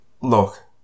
Look